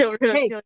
Hey